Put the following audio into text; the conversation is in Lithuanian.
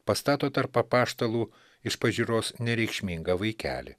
pastato tarp apaštalų iš pažiūros nereikšmingą vaikelį